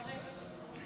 כרסת,